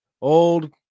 old